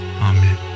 Amen